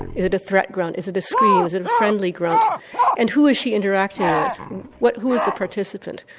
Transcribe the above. is it a threat grunt, is it a scream, is it a friendly grunt ah and who is she interacting with, who is the participant.